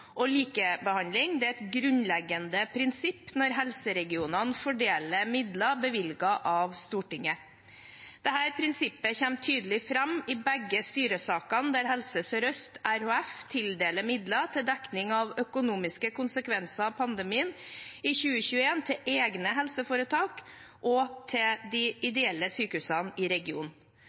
og likebehandling er et grunnleggende prinsipp når helseregionene fordeler midler bevilget av Stortinget. Dette prinsippet kommer tydelig fram i begge styresakene der Helse Sør-Øst RHF tildeler midler til dekning av økonomiske konsekvenser av pandemien i 2021 til egne helseforetak og til de ideelle sykehusene i regionen.